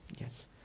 Yes